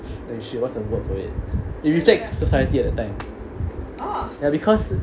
and shit what's the word for it it rejects society at a time ya because